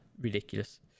Ridiculous